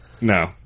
No